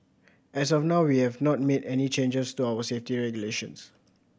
as of now we have not made any changes to our safety regulations